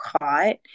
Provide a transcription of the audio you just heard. caught